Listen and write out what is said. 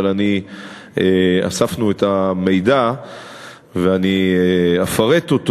אבל אספנו את המידע ואני אפרט אותו.